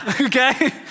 okay